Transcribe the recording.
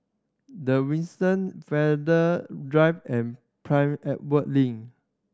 The Windsor Farrer Drive and Prince Edward Link